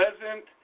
pleasant